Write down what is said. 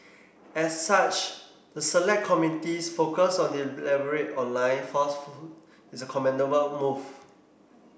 as such the select committee's focus on the deliberate online is a commendable move